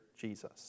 Jesus